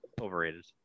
overrated